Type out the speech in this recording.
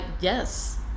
yes